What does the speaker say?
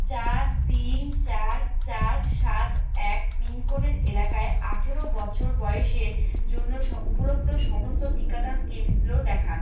চার তিন চার চার সাত এক পিনকোডের এলাকায় আঠেরো বছর বয়েসের জন্য স উপলব্ধ সমস্ত টিকাদান কেন্দ্র দেখান